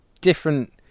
different